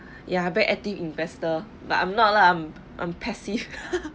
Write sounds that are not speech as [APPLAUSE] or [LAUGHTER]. ya very active investor but I'm not lah I'm I'm passive [LAUGHS]